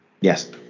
Yes